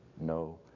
no